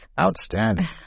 Outstanding